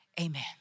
amen